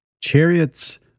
chariots